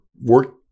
work